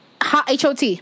Hot